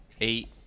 eight